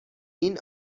این